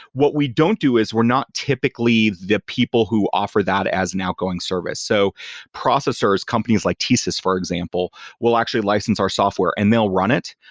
what we don't do is we're not typically the people who offer that as an outgoing service. so processors, companies like tsys, for example, will actually license our software and they'll run it,